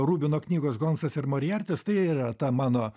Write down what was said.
rubino knygos holmsas ir moriartis tai yra ta mano